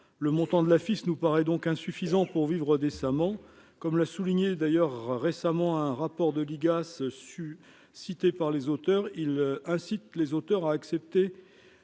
le montant de la FIS nous paraît donc insuffisante pour vivre décemment, comme l'a souligné d'ailleurs récemment un rapport de l'IGAS sus-cité par les auteurs, ils incitent les auteurs à accepter